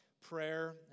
prayer